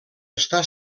està